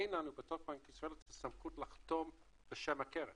אין לנו בבנק ישראל את הסמכות לחתום בשם הקרן,